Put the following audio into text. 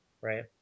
right